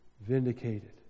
vindicated